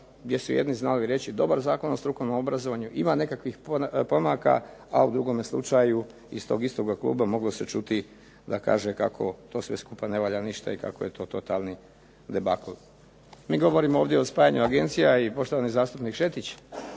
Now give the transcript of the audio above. gdje su jedni znali reći dobar Zakon o strukovnom obrazovanju, ima nekakvih pomaka a u drugome slučaju iz tog istog kluba moglo se čuti da kaže kako to sve skupa ne valja ništa i kako je to totali debakl. Mi govorimo ovdje o spajanju agencija i poštovani zastupnik Šetić